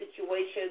situations